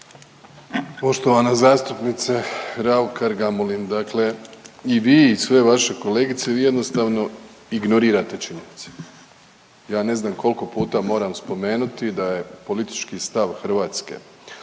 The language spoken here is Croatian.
Poštovana zastupnice Raukar-Gamulin. Dakle i vi i sve vaše kolegice, vi jednostavno ignorirate činjenice. Ja ne znam koliko puta moram spomenuti da je politički stav Hrvatske o onome